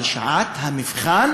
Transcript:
אבל שעת המבחן